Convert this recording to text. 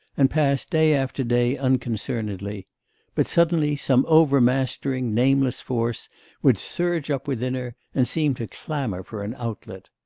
and pass day after day unconcernedly but suddenly some over-mastering, nameless force would surge up within her, and seem to clamour for an outlet.